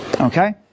okay